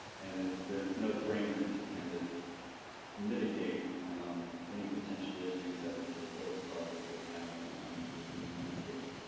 and there's there's no framework to kind of mitigate any potential issues that those proposed projects would have on on the existing landscape.